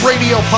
radio